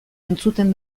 entzuten